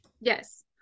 yes